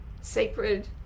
sacred